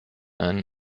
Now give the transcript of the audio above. einen